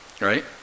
right